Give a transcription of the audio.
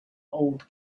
old